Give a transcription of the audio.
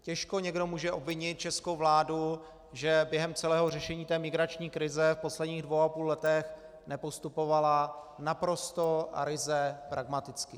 Těžko někdo může obvinit českou vládu, že během celého řešení migrační krize v posledních dvou a půl letech nepostupovala naprosto a ryze pragmaticky.